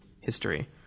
history